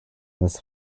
this